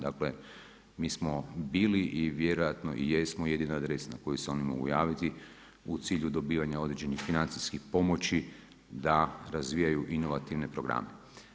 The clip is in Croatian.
Dakle mi smo bili i vjerojatno jesmo jedina adresa na koju se oni mogu javiti u cilju dobivanja određenih financijske pomoći da razvijaju inovativne programe.